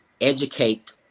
educate